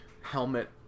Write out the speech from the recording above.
helmet